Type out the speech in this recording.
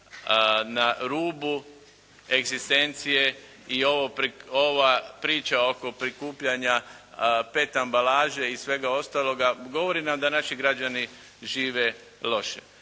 na rubu egzistencije i ova priča oko prikupljanja oko pet ambalaže i svega ostaloga, govore nam da naši građani žive loše.